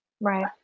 Right